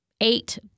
eight